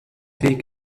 weg